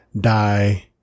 Die